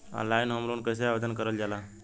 Online home loan कैसे आवेदन करल जा ला?